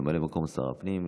ממלא מקום שר הפנים,